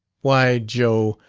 why, joe,